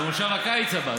זה למושב הקיץ הבא.